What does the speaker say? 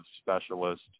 specialist